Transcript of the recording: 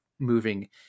moving